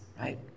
right